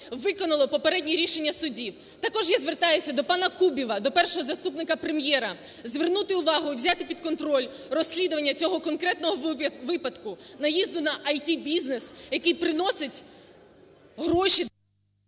виконало попереднє рішення судів. Також я звертаюся до панаКубіва, до першого заступника Прем'єра, звернути увагу і взяти під контроль розслідування цього конкретного випадку наїзду на ІТ-бізнес, який приносить гроші…